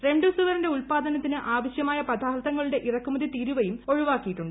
റെംഡെസിവിറിന്റെ ഉത്പാദനത്തിന് ആവശ്യമായ പദാർത്ഥങ്ങളുടെ ഇറക്കുമതി തീരുവയും ഒഴിവാക്കി യിട്ടുണ്ട്